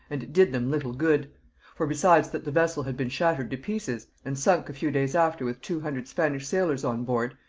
and it did them little good for, besides that the vessel had been shattered to pieces, and sunk a few days after with two hundred spanish sailors on board,